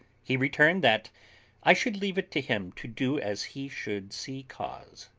he returned, that i should leave it to him to do as he should see cause.